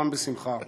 מוכן בשמחה.